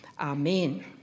Amen